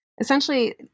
essentially